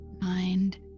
mind